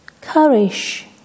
courage